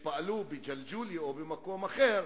שפעלו בג'לג'וליה או במקום אחר,